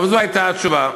אבל זו הייתה התשובה.